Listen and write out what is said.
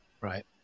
Right